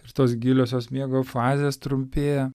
ir tos giliosios miego fazės trumpėja